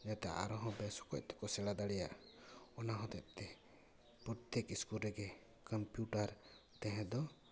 ᱡᱟᱛᱮ ᱟᱨᱦᱚᱸ ᱵᱮᱥ ᱚᱠᱚᱪ ᱛᱮᱠᱚ ᱥᱮᱬᱟ ᱫᱟᱲᱮᱭᱟᱜ ᱚᱱᱟ ᱦᱚᱛᱮᱡ ᱛᱮ ᱯᱨᱚᱛᱛᱮᱠ ᱥᱠᱩᱞ ᱨᱮᱜᱮ ᱠᱚᱢᱯᱤᱭᱩᱴᱟᱨ ᱛᱟᱦᱮᱸ ᱫᱚ